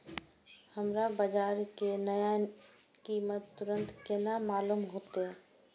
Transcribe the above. हमरा बाजार के नया कीमत तुरंत केना मालूम होते?